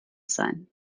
sein